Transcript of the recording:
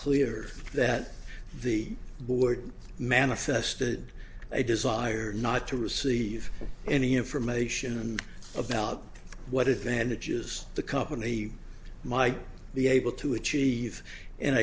clear that the board manifested a desire not to receive any information about what advantages the company might be able to achieve